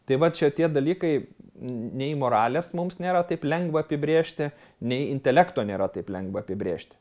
tai va čia tie dalykai nei moralės mums nėra taip lengva apibrėžti nei intelekto nėra taip lengva apibrėžti